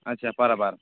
ᱟᱪᱪᱷᱟ